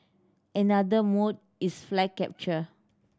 another mode is flag capture